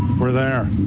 we're there.